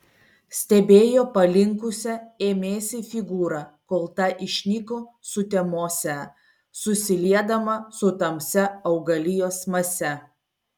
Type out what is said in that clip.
stebėjo palinkusią ėmėsi figūrą kol ta išnyko sutemose susiliedama su tamsia augalijos mase